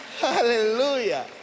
Hallelujah